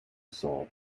soul